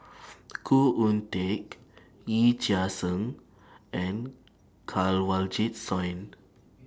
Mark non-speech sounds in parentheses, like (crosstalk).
(noise) Khoo Oon Teik Yee Chia Hsing and Kanwaljit Soin